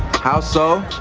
how so.